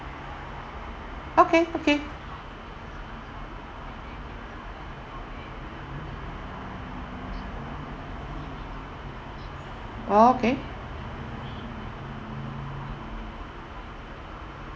okay okay okay